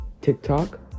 TikTok